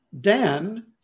Dan